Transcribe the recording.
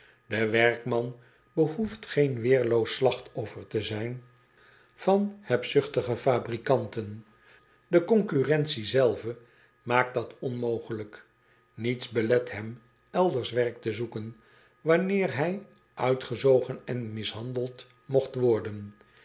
e werkman behoeft geen weerloos slachtoffer te zijn van hebzuchtige fabrikanten e concurrentie zelve maakt dat onmogelijk iets belet hem elders werk te zoeken wanneer hij uitgezogen en mishandeld mogt worden